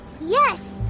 Yes